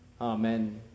amen